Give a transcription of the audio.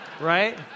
Right